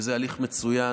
וזה תהליך מצוין.